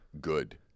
good